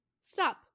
stop